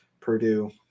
Purdue